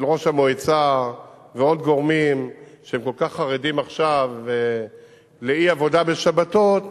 של ראש המועצה ועוד גורמים שכל כך חרדים עכשיו לאי-עבודה בשבתות,